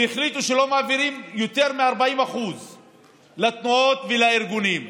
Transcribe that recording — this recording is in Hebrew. והחליטו שלא מעבירים יותר מ-40% לתנועות ולארגונים.